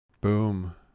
Boom